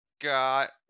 got